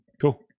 Cool